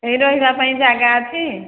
ଏଇ ରହିବା ପାଇଁ ଜାଗା ଅଛି